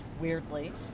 weirdly